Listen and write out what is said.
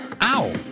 Ow